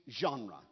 genre